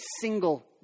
single